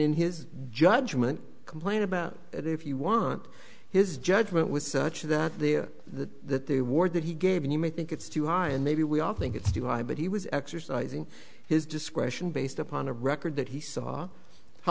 in his judgment complained about it if you want his judgment was such that the the that they wore that he gave in you may think it's too high and maybe we all think it's too high but he was exercising his discretion based upon a record that he saw how